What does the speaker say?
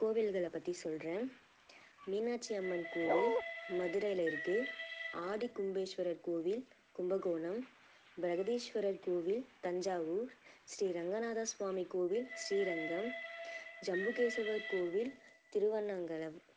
கோவில்கள் பற்றி சொல்கிறேன் மீனாட்சி அம்மன் கோவில் மதுரையில இருக்குது ஆதி கும்பேஷ்வரர் கோவில் கும்பகோணம் பிரகதீஸ்வரர் கோவில் தஞ்சாவூர் ஸ்ரீ ரங்கநாதர் சுவாமி கோவில் ஸ்ரீரங்கம் ஜம்பு கேசவர் கோவில் திருவண்ணாங்கலம்